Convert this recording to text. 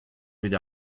evit